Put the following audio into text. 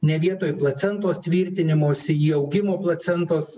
ne vietoj placentos tvirtinimosi įaugimo placentos